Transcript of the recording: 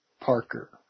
Parker